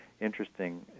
interesting